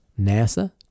NASA